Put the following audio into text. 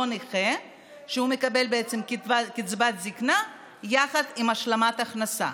נכה שמקבל קצבת זקנה יחד עם השלמת הכנסה.